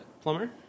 Plumber